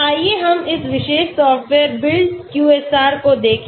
आइए हम इस विशेष सॉफ्टवेयर BuildQSAR को देखें